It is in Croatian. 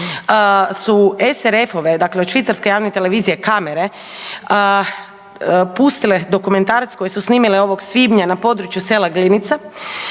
su SRF dakle od Švicarske javne televizije kamere pustile dokumentarac koje su snimile ovog svibnja na područje sela Glinica